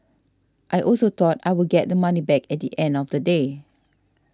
I also thought I would get the money back at the end of the day